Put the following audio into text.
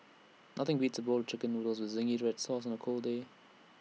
nothing beats A bowl of Chicken Noodles with Zingy Red Sauce on A cold day